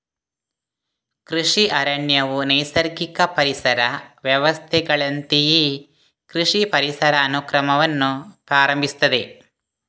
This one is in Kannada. ಕೃಷಿ ಅರಣ್ಯವು ನೈಸರ್ಗಿಕ ಪರಿಸರ ವ್ಯವಸ್ಥೆಗಳಂತೆಯೇ ಕೃಷಿ ಪರಿಸರ ಅನುಕ್ರಮವನ್ನು ಪ್ರಾರಂಭಿಸುತ್ತದೆ